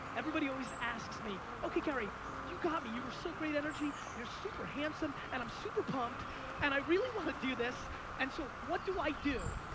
everybody always asks me, okay, gary you got me. you were so great energy. you're super handsome and i'm super pumped and i really want to do this and so what do i do?